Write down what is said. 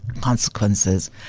consequences –